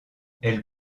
elle